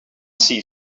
see